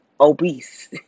obese